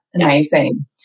amazing